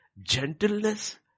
gentleness